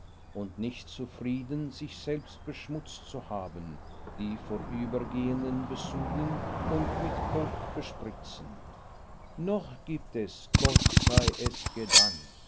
und nicht zufrieden sich selbst beschmutzt zu haben die vorübergehenden besudeln und mit kot bespritzen noch gibt es gott sei es gedankt